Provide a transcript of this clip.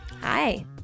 Hi